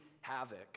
havoc